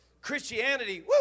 Christianity